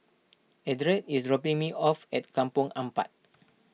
Eldred is dropping me off at Kampong Ampat